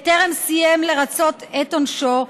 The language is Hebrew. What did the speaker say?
טרם סיים לרצות את עונשו,